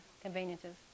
conveniences